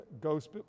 Ghost